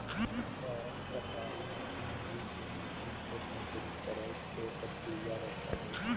कपास कताई मशीनरी उ मशीन के संदर्भित करेय के प्रक्रिया रखैय हइ